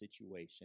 situation